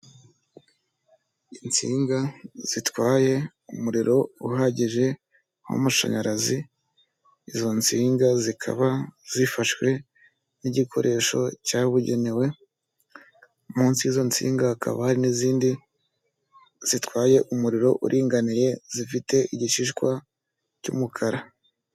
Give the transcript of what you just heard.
Insinga zitwaye umuriro uhagije w'amashanyarazi, izo nsinga zikaba zifashwe n'igikoresho cyabugenewe, munsi y'izo nsinga hakaba hari n'izindi zitwaye umuriro uringaniye zifite igishishwa cy'umukara.